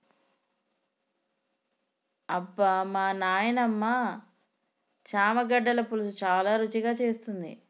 అబ్బమా నాయినమ్మ చామగడ్డల పులుసు చాలా రుచిగా చేస్తుంది